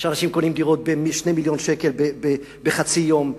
שאנשים קונים דירות ב-2 מיליון שקל בחצי יום,